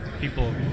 people